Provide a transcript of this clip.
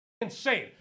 insane